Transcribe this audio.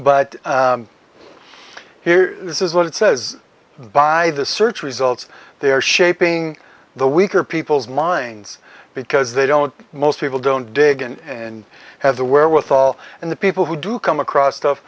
but here this is what it says by the search results they are shaping the weaker people's minds because they don't most people don't dig and have the wherewithal and the people who do come across stuff